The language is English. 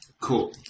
Cool